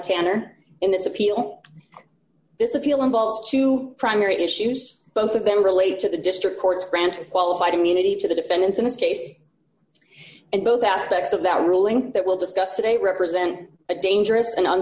tanner in this appeal this appeal involves two primary issues both of them relate to the district courts grant qualified immunity to the defendants in this case and both aspects of that ruling that will discuss today represent a dangerous an